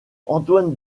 antoine